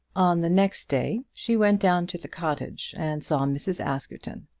on the next day she went down to the cottage and saw mrs. askerton.